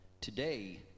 Today